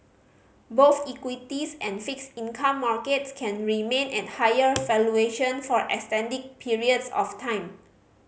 both equities and fixed income markets can remain at higher for extended periods of time